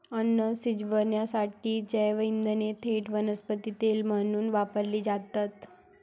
अन्न शिजवण्यासाठी जैवइंधने थेट वनस्पती तेल म्हणून वापरली जातात